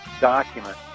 document